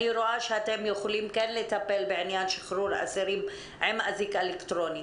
אני רואה שאתם יכולים לטפל בעניין שחרור האסירים עם אזיק אלקטרוני.